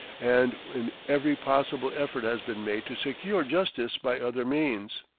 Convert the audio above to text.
and when every possible effort has been made to secure justice by other means.